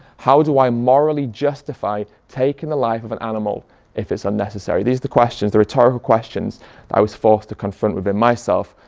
how do i morally justify taking the life of an animal if it's unnecessary? these are the questions, the rhetorical questions that i was forced to confront within myself.